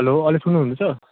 hello अहिले सुन्नुहुँदैछ